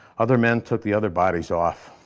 other men took the other bodies off.